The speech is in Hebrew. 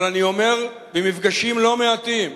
אבל אני אומר במפגשים לא מעטים: